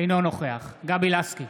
אינו נוכח גבי לסקי,